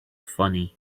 funny